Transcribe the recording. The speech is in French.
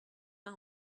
pas